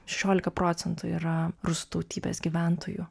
šešiolika procentų yra rusų tautybės gyventojų